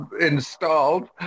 installed